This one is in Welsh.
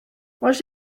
oes